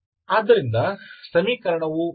ಆದ್ದರಿಂದ ಸಮೀಕರಣವು ಪಿ